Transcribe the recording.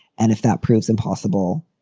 and if that proves impossible,